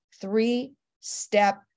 three-step